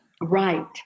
Right